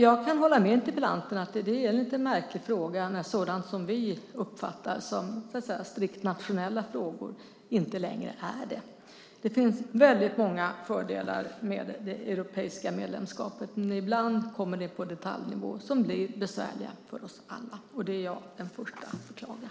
Jag kan hålla med interpellanten om att det är lite märkligt när sådant som vi uppfattar som strikt nationella frågor inte längre är det. Det finns många fördelar med medlemskapet i den europeiska unionen, men ibland kommer det upp saker på detaljnivå som blir besvärliga för oss alla. Det är jag den första att beklaga.